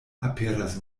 aperas